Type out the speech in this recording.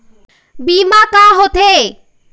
बीमा का होते?